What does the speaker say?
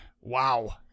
Wow